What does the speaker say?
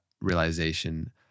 realization